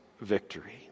victory